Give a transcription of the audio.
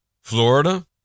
Florida